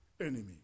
enemy